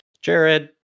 jared